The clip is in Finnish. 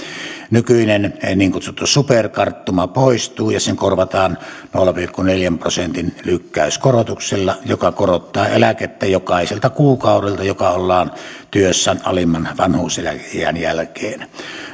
nykyinen niin kutsuttu superkarttuma poistuu ja se korvataan nolla pilkku neljän prosentin lykkäyskorotuksella joka korottaa eläkettä jokaiselta kuukaudelta joka ollaan työssä alimman vanhuuseläkeiän jälkeen